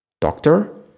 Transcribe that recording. Doctor